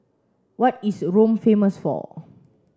what is Rome famous for